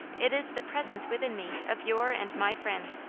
it is the presence within me of your and my friend.